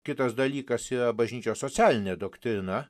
kitas dalykas yra bažnyčios socialinė doktrina